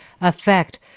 affect